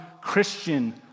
Christian